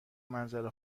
منظره